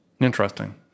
Interesting